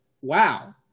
Wow